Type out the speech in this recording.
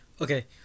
Okay